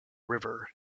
river